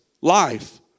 Life